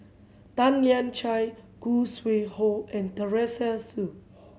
Tan Lian Chye Khoo Sui Hoe and Teresa Hsu